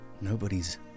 Nobody's